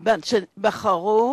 זה 30